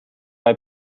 bei